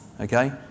okay